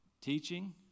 teaching